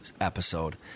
episode